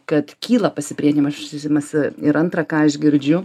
kad kyla pasipriešinimas ir antrą ką aš girdžiu